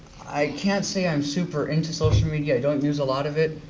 i can't say i'm super into social media, i don't use a lot of it.